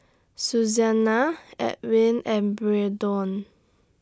Susanna Edwin and Braydon